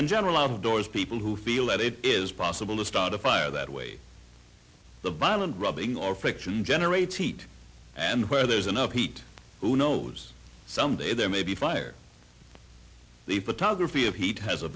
and general out of doors people who feel that it is possible to start a fire that way the violent rubbing or fiction generates heat and where there's enough heat who knows someday there may be fire the photography of heat has a